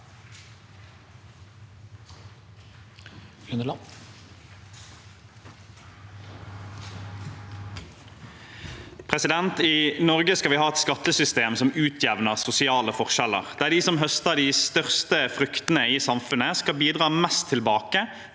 I Norge skal vi ha et skattesystem som utjevner sosiale forskjeller, der de som høster de største fruktene i samfunnet, skal bidra mest tilbake